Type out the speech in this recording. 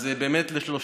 אז באמת, לשלושתכם,